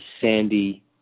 sandy